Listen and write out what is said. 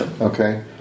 Okay